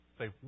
say